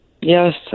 Yes